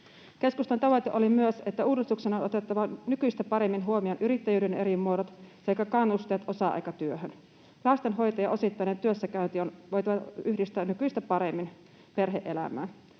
Keskustan tavoite oli myös, että uudistuksen on otettava nykyistä paremmin huomioon yrittäjyyden eri muodot sekä kannusteet osa-aikatyöhön. Lastenhoito ja osittainen työssäkäynti on voitava yhdistää nykyistä paremmin perhe-elämään.